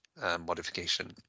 modification